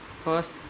First